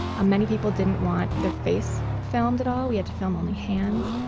many people didn't want their face filmed at all we had to film only hands.